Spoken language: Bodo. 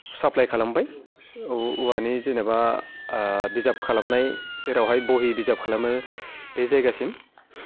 साप्लाय खालामबाय औवानि जेनेबा बिजाब खालामनाय जेरावहाय बहि बिजाब खालामो बे जायगासिम